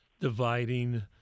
dividing